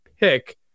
pick